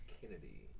Kennedy